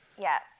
Yes